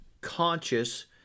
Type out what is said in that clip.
conscious